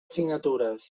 signatures